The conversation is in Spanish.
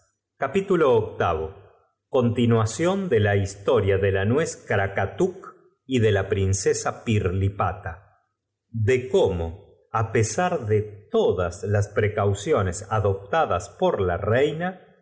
españa continuación de la historia de la nuez krakatuk y de la princ sa pirlipata de cómo á pesar de todas las piulcat cl ones adopt adas por la rel